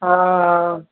हा